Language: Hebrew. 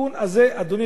אדוני היושב-ראש,